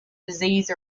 disease